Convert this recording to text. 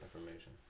information